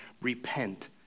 Repent